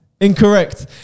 Incorrect